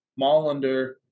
Mollander